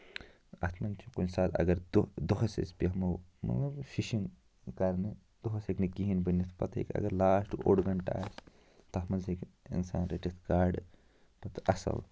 اَتھ منٛز چھُ کُنہِ ساتہٕ اگر دۄ دۄہَس أسۍ بٮ۪ہمَو مطلب فِشِنگ کرنہِ دۄہَس ہیٚکہِ نہٕ کِہیٖنۍ بٔنِتھ پَتہٕ ہیٚکہِ اَگر لاسٹ اوٚڑ گَنٹہٕ آسہِ تَتھ منٛز ہیٚکہِ اِنسان رٔٹِتھ گاڈٕ پتہٕ اَصٕل